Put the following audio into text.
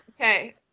Okay